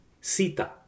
Sita